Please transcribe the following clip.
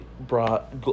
brought